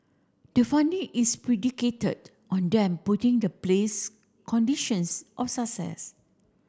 the funding is predicated on them putting the place conditions of success